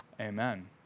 Amen